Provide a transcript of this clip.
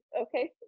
Okay